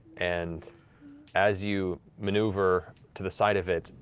and as you maneuver to the side of it,